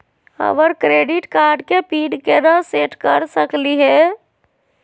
हमर credit card के PIN केना सेट कर सकली हे?